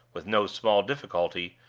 with no small difficulty,